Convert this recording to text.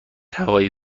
هوای